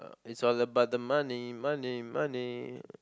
is all about the money money money